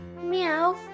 Meow